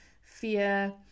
fear